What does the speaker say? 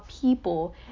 people